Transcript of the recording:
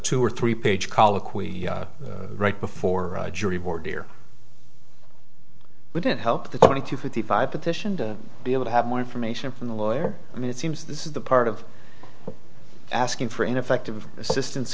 two or three page colloquy right before a jury board here wouldn't help the twenty to fifty five petition to be able to have more information from the lawyer and it seems this is the part of asking for ineffective assistance